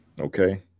Okay